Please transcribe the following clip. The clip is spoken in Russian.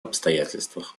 обстоятельствах